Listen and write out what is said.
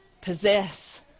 possess